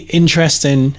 interesting